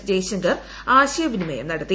്ജയശങ്കർ ആശയവിനിമയം നടത്തി